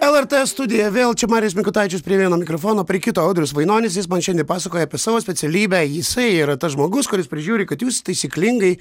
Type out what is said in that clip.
lrt studija vėl čia marijus mikutavičius prie vieno mikrofono prie kito audrius vainonis jis man šiandien pasakoja apie savo specialybę jisai yra tas žmogus kuris prižiūri kad jūs taisyklingai